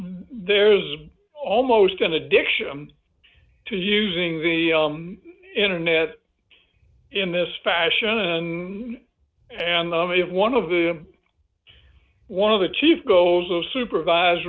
there's almost an addiction to using the internet in this fashion and the me of one of the one of the chief goes of supervise